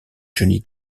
johnny